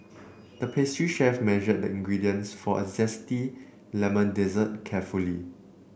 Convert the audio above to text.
the pastry chef measured the ingredients for a zesty lemon dessert carefully